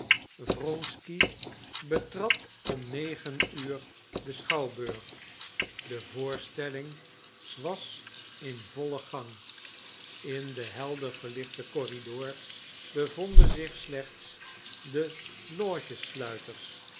wronsky betrad om negen uur den schouwburg de voorstelling was in vollen gang in den helder verlichten corridor bevonden zich slechts de